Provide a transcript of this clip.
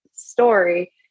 Story